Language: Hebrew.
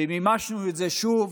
מימשנו את זה שוב